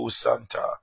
santa